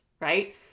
right